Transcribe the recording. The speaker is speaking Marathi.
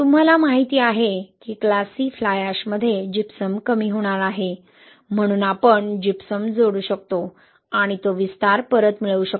तुम्हाला माहिती आहे की क्लास C फ्लाय ऍशमध्ये जिप्सम कमी होणार आहे म्हणून आपण जिप्सम जोडू शकतो आणि तो विस्तार परत मिळवू शकतो